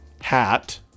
Hat